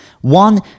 One